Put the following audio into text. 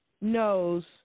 knows